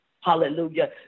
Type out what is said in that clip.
Hallelujah